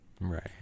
Right